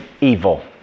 evil